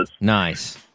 Nice